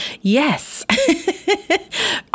yes